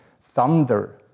Thunder